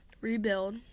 rebuild